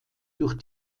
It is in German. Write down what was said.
durch